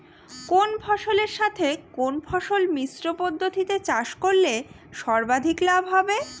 কোন ফসলের সাথে কোন ফসল মিশ্র পদ্ধতিতে চাষ করলে সর্বাধিক লাভ হবে?